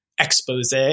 expose